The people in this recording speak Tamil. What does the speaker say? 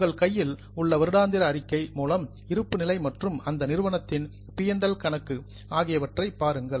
உங்கள் கையில் உள்ள வருடாந்திர அறிக்கை மூலம் இருப்புநிலை மற்றும் அந்த நிறுவனத்தின் பி மற்றும் எல் PL கணக்கு ஆகியவற்றை பாருங்கள்